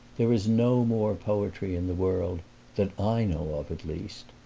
there is no more poetry in the world that i know of at least.